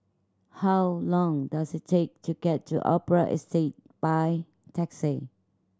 how long does it take to get to Opera Estate by taxi